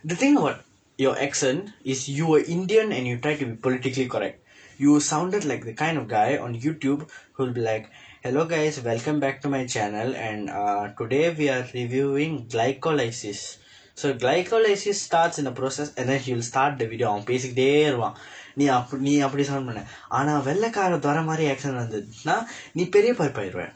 the thing about your accent is you are Indian and you try to politically correct you sounded like the kind of guy on YouTube who'll be like hello guys welcome back to my channel and uh today we are reviewing glycolysis so glycolysis starts in a process and then he will start the video அவன் பேசிக்கிட்டே இருப்பான் நீ நீ அப்படி:avan pesikkitdee iruppaan nii nii appadi sound பண்ற ஆனா வெள்ளைக்காரன் துரை மாதிரி:panra aanaa vellaikkaaran thurai maathiri accent வந்ததுனா நீ பெரிய பருப்பாகிறிவியா:vandthathunaa nii periya paruppaakiriviyaa